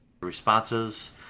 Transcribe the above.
responses